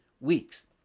weeks